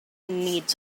needs